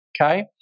Okay